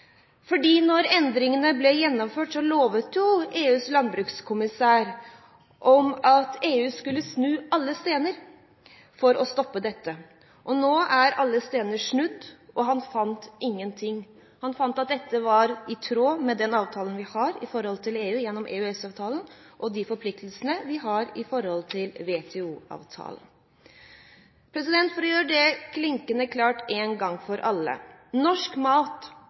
endringene ble gjennomført, lovet jo EUs landsbrukskommissær at EU skulle snu alle stener for å stoppe dette. Nå er alle stener snudd, og han fant ingen ting. Han fant at dette er i tråd med den avtalen vi har med EU gjennom EØS-avtalen, og de forpliktelsene vi har i henhold til WTO-avtalen. For å gjøre det klinkende klart én gang for alle: Norsk mat